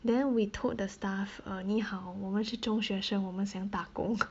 then we told the staff err 你好我们是中学生我们想打工何